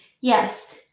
yes